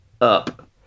up